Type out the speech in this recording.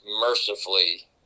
mercifully